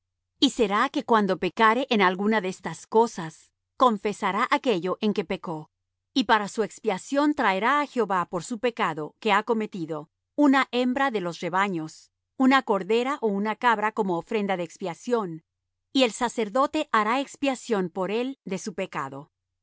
y será que cuando pecare en alguna de estas cosas confesará aquello en que pecó y para su expiación traerá á jehová por su pecado que ha cometido una hembra de los rebaños una cordera ó una cabra como ofrenda de expiación y el sacerdote hará expiación por él de su pecado